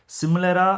similar